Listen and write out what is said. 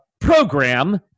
program